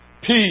peace